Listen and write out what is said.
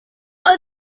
are